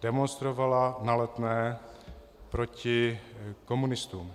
Demonstrovala na Letné proti komunistům.